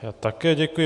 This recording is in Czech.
Já také děkuji.